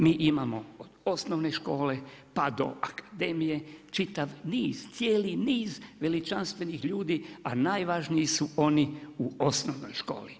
Mi imamo od osnovne škole pa do akademije, čitav niz, cijeli niz veličanstvenih ljudi, a najvažniji su oni u osnovnoj školi.